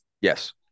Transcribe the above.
Yes